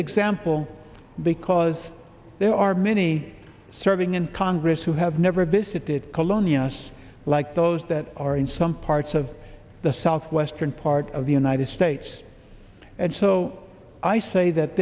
example because there are many serving in congress who have never visited colonia us like those that are in some parts of the southwestern part of the united states and so i say that